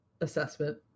assessment